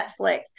Netflix